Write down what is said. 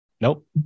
Nope